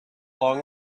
long